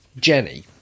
Jenny